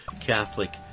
Catholic